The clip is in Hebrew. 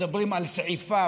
מדברים על סעיפיו,